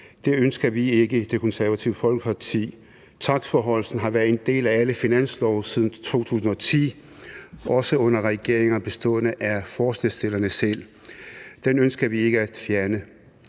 Det ønsker vi ikke i Det Konservative Folkeparti. Takstforhøjelsen har været en del af alle finanslove siden 2010, også under regeringer bestående af forslagsstillerne selv. Den ønsker vi ikke at fjerne.